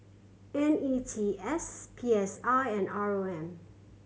N E T S P S I and R O M